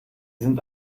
sind